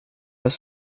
los